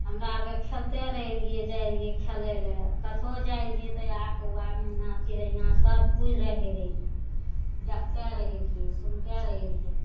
हमरा अरके खेलते रहय रहियै जाइ रहियै खेलय लए कतहो जाइ रहियै तऽ आब कौआ मैना चिड़ैया सबकिछु रहय रहियै देखते रहय रहियै सुनते रहय रहियै